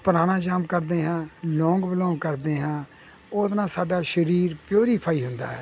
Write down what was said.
ਪਰਾਣਾਯਾਮ ਕਰਦੇ ਹਾਂ ਲੋਂਗ ਵਲੋਂਗ ਕਰਦੇ ਹਾਂ ਉਹਦੇ ਨਾਲ ਸਾਡਾ ਸਰੀਰ ਪਿਓਰੀਫਾਈ ਹੁੰਦਾ ਹੈ